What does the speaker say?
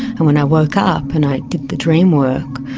and when i woke up and i did the dream work,